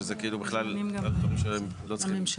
שזה בכלל דברים שלא צריכים להיות.